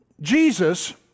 Jesus